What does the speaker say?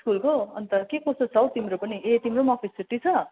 स्कुलको अन्त के कस्तो छ हौ तिम्रो पनि ए तिम्रो पनि अफिस छुट्टी छ